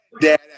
dad